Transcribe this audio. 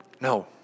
No